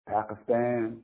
Pakistan